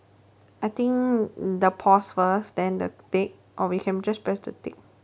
I think the pause first then the tick or we can just press the tick